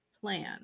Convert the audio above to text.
plan